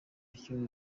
umukinnyi